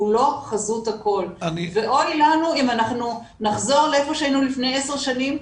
הוא לא חזות הכל ואוי לנו אם נחזור לאיפה שהיינו לפני עשר שנים,